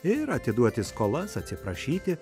ir atiduoti skolas atsiprašyti